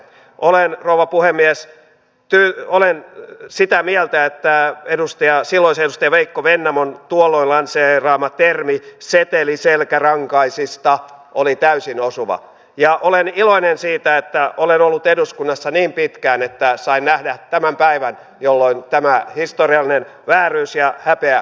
olen rouva puhemies sitä mieltä että silloisen edustaja veikko vennamon tuolloin lanseeraama termi seteliselkärankaisista oli täysin osuva ja olen iloinen siitä että olen ollut eduskunnassa niin pitkään että sain nähdä tämän päivän jolloin tämä historiallinen vääryys ja häpeä korjattiin